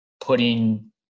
putting